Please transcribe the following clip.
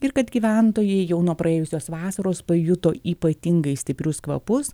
ir kad gyventojai jau nuo praėjusios vasaros pajuto ypatingai stiprius kvapus